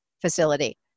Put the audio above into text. facility